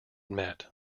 met